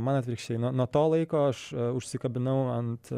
man atvirkščiai nuo nuo to laiko aš užsikabinau ant